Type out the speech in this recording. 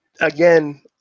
again